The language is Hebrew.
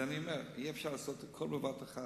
אני אומר: אי-אפשר לעשות הכול בבת אחת.